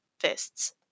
fists